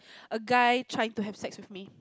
a guy try to have sex with me